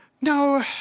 No